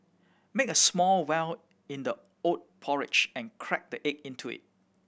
make a small well in the oat porridge and crack the egg into it